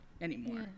anymore